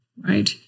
Right